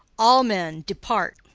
all men depart.